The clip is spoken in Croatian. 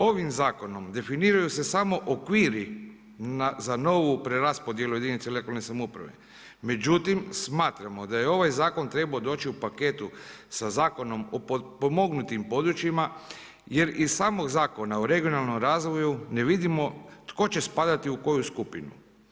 Ovim zakonom definiraju se samo okviri za novu preraspodjelu jedinice lokalne samouprave, međutim smatramo da je ovaj zakon trebao doći u paketu sa Zakonom o potpomognutim područjima jer iz samog Zakona o regionalnom razvoju ne vidimo tko će spadati u koju skupinu.